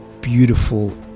beautiful